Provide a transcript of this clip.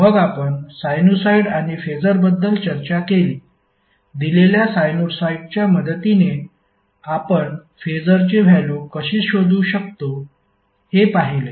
मग आपण साइनुसॉईड आणि फेसरबद्दल चर्चा केली दिलेल्या साइनुसॉईडच्या मदतीने आपण फेसरची व्हॅल्यु कशी शोधू शकतो हे पाहिले